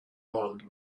old